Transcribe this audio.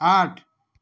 आठ